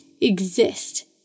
exist